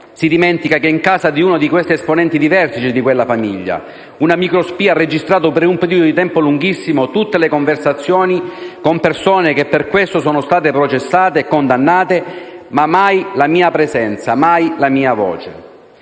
Si dimentica che in casa di uno di questi esponenti di vertice di quella famiglia una microspia ha registrato per un periodo di tempo lunghissimo tutte le conversazioni, con persone che per questo sono state processate e condannate, ma mai la mia presenza, mai la mia voce.